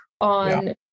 on